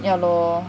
ya lor